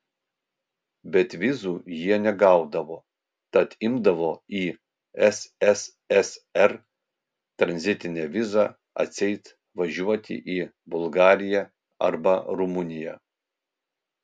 bet vizų jie negaudavo tad imdavo į sssr tranzitinę vizą atseit važiuoti į bulgariją arba rumuniją